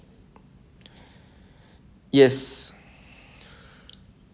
yes